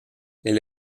elle